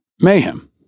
mayhem